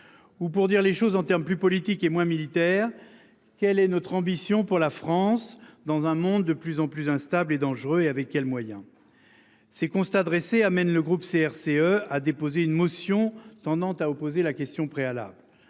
Ou pour dire les choses en termes plus politique et moins militaire. Quelle est notre ambition pour la France dans un monde de plus en plus instable et dangereux. Et avec quels moyens. Ces constats dressés amène le groupe CRCE à déposer une motion tendant à opposer la question préalable.